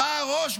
"אתה הראש,